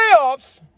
playoffs